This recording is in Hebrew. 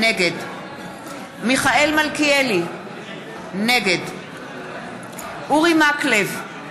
נגד מיכאל מלכיאלי, נגד אורי מקלב,